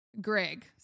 Greg